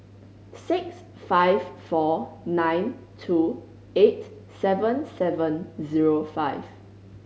six five four nine two eight seven seven zero five